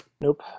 Nope